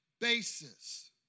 basis